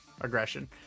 aggression